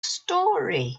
story